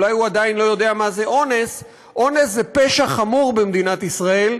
אולי הוא עדיין לא יודע מה זה אונס: אונס זה פשע חמור במדינת ישראל,